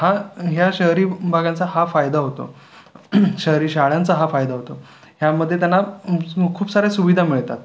हा या शहरी भागांचा हा फायदा होतो शहरी शाळांचा हा फायदा होतो ह्यामध्ये त्यांना सु खूप साऱ्या सुविधा मिळतात